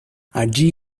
allí